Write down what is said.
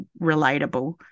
relatable